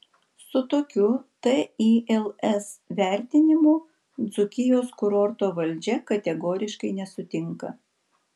su tokiu tils vertinimu dzūkijos kurorto valdžia kategoriškai nesutinka